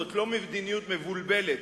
זאת לא מדיניות מבולבלת.